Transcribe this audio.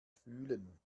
fühlen